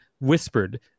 whispered